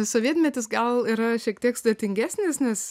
sovietmetis gal yra šiek tiek sudėtingesnis nes